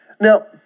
Now